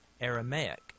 Aramaic